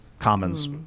Commons